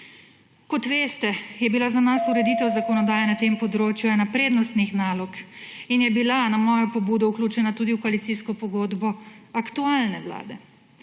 Kot veste, je bila za nas ureditev zakonodaje na tem področju ena prednostnih nalog in je bila na mojo pobudo vključena tudi v koalicijsko pogodbo aktualne vlade.